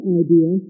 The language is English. idea